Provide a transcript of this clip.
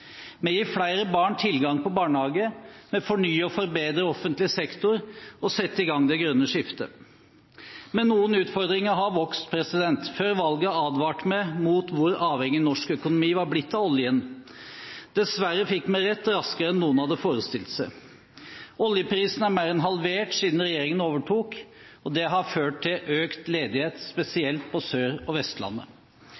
Vi gir flere barn tilgang på barnehage. Vi fornyer og forbedrer offentlig sektor og setter i gang det grønne skiftet. Men noen utfordringer har vokst. Før valget advarte vi mot hvor avhengig norsk økonomi var blitt av oljen. Dessverre fikk vi rett raskere enn noen hadde forestilt seg. Oljeprisen er mer enn halvert siden regjeringen overtok, og det har ført til økt ledighet,